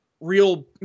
real